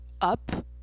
up